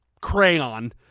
crayon